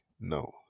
no